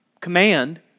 command